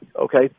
okay